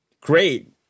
great